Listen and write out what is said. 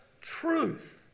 truth